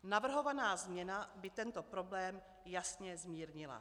Navrhovaná změna by tento problém jasně zmírnila.